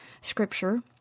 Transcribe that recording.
Scripture